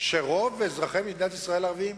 שרוב אזרחי מדינת ישראל הערבים